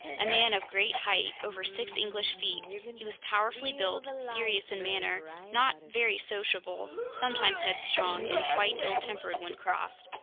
a man of great height over six english feet he was powerfully built, serious in manner, not very sociable, sometimes headstrong, and quite ill-tempered when crossed.